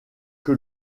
que